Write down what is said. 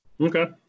Okay